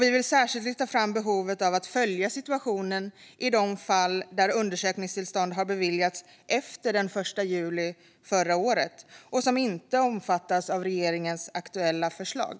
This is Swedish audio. Vi vill särskilt lyfta fram behovet av att följa situationen i de fall där undersökningstillstånd har beviljats efter den 1 juli förra året och som inte omfattas av regeringens aktuella förslag.